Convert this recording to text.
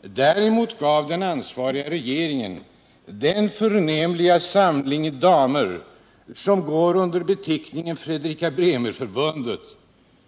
Däremot gav den ansvariga regeringen den förnämliga samling damer som går under beteckningen Fredrika-Bremer-förbundet